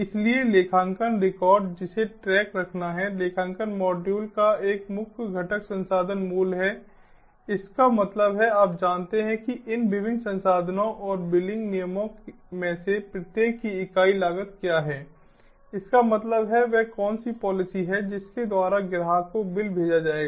इसलिए लेखांकन रिकॉर्ड जिसे ट्रैक रखना है लेखांकन मॉड्यूल का एक मुख्य घटक संसाधन मूल्य है इसका मतलब है आप जानते हैं कि इन विभिन्न संसाधनों और बिलिंग नियमों में से प्रत्येक की इकाई लागत क्या है इसका मतलब है वह कौन सी पॉलिसी है जिसके द्वारा ग्राहक को बिल भेजा जाएगा